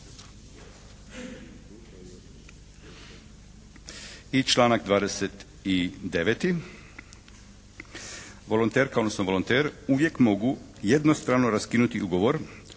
I članak 29. volonterka odnosno volonter uvijek mogu jednostrano raskinuti ugovor